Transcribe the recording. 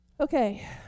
Okay